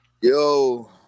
Yo